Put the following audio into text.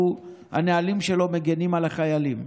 שהנהלים שלו מגינים על החיילים.